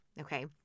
Okay